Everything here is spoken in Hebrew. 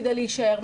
כדי להישאר,